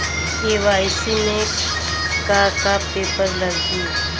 KYC में का का पेपर लगी?